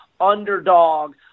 underdog